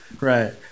right